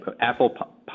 Apple